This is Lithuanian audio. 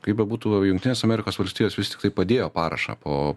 kaip bebūtų jungtinės amerikos valstijos vis tiktai padėjo parašą po